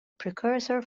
precursor